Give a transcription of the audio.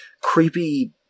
creepy